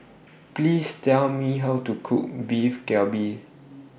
Please Tell Me How to Cook Beef Galbi